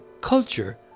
culture